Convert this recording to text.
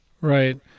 Right